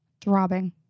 Throbbing